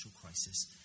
crisis